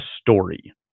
story